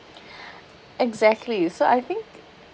exactly so I think